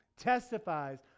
testifies